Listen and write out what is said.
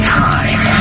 time